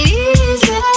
easy